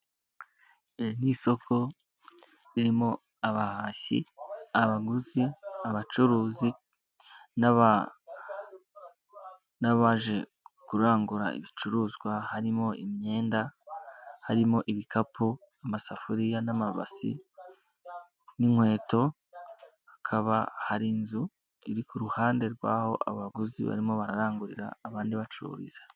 Iri ni isoko ririmo abahashyi, abaguzi, abacuruzi n'abaje kurangura ibicuruzwa, harimo imyenda, harimo ibikapu, amasafuriya n'amabasi n'inkweto, hakaba hari inzu iri ku ruhande rw'aho abaguzi barimo bararangurira abandi bacururiza.